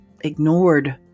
ignored